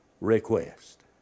request